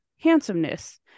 handsomeness